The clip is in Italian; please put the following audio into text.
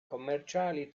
commerciali